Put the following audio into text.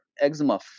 eczema